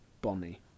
Bonnie